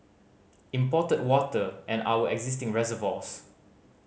imported water and our existing reservoirs